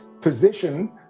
position